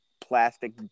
plastic